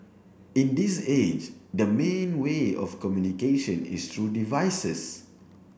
in this age the main way of communication is through devices